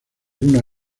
una